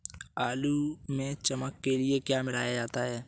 आलू में चमक के लिए क्या मिलाया जाता है?